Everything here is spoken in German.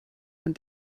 und